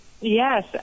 Yes